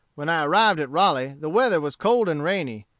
when i arrived at raleigh the weather was cold and rainy,